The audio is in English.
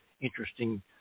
interesting